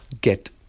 get